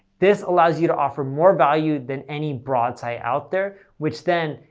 this allows you to offer more value than any broad site out there, which then,